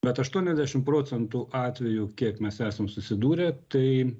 net aštuoniasdešim procentų atvejų kiek mes esam susidūrę tai